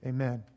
Amen